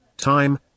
Time